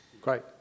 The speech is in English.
Great